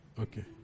Okay